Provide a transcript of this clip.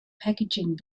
packaging